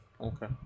Okay